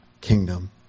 kingdom